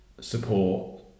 support